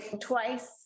Twice